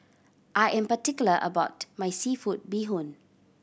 I am particular about my seafood bee hoon